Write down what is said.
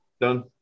Done